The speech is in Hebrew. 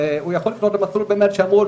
הוא יכול לפנות באמת למסלול שאמרו,